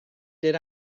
did